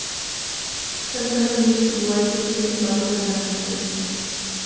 संकर बीजों की बुआई के लिए किन किन बातों का ध्यान रखना चाहिए?